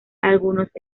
algunos